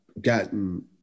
gotten